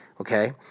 okay